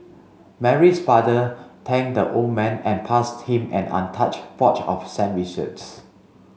Mary's father thanked the old man and passed him an untouched box of sandwiches